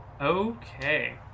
Okay